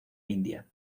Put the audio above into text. india